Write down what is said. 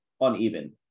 uneven